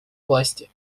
власти